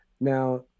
Now